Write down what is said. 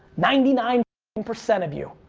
ninety nine and percent of you.